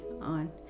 on